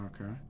Okay